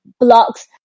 blocks